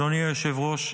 אדוני היושב-ראש,